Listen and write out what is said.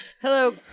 Hello